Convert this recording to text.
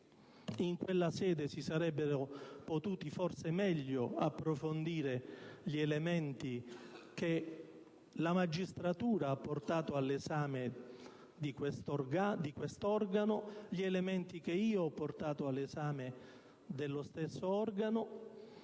In quella sede si sarebbero potuti, forse, meglio approfondire gli elementi che la magistratura ha portato all'esame di quest'organo, gli elementi che io stesso ho portato all'esame dello stesso organo.